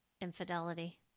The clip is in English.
infidelity